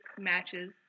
matches